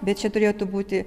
bet čia turėtų būti